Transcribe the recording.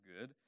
good